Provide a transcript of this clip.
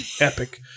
Epic